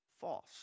false